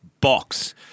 box